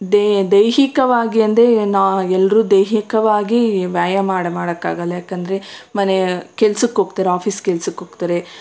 they ದೈಹಿಕವಾಗಿ ಅಂದ್ರೆ ನಾವೆಲ್ರೂ ದೈಹಿಕವಾಗಿ ವ್ಯಾಯಾಮ ಮಾಡೋಕ್ಕಾಗಲ್ಲ ಯಾಕೆಂದರೆ ಮನೆಯ ಕೆಲ್ಸಕ್ಕೆ ಹೋಗ್ತಾರೆ ಆಫೀಸ್ ಕೆಲಸಕ್ಕೆ ಹೋಗ್ತಾರೆ